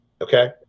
Okay